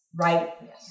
Right